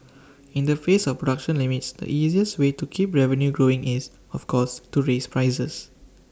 in the face of production limits the easiest way to keep revenue growing is of course to raise prices